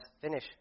finish